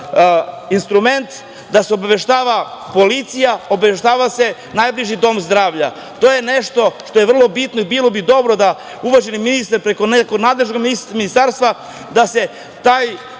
instrument koji obaveštava policiju i obaveštava najbliži dom zdravlja. To je nešto što je vrlo bitno. Bilo bi dobro da uvaženi ministar preko nekog nadležnog ministarstva pomogne